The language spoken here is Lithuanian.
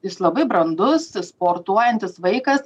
jis labai brandus sportuojantis vaikas